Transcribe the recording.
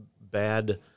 bad